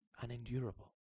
unendurable